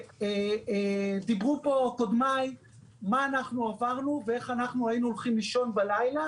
דיברו פה קודמיי מה עברנו ואיך היינו הולכים לישון בלילה